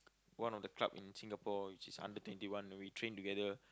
one of the club in Singapore which is under twenty one we train together